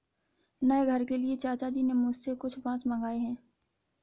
नए घर के लिए चाचा जी ने मुझसे कुछ बांस मंगाए हैं